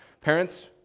parents